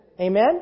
Amen